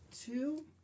two